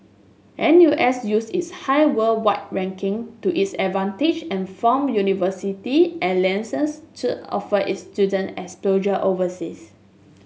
N U S used its high worldwide ranking to its advantage and formed university alliances to offer its student exposure overseas